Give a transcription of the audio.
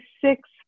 six